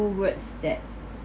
~ful words that